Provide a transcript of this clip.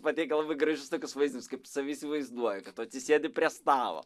matei gal labai gražius tokius vaizdinius kaip save įsivaizduoji kad tu atsisėdi prie stalo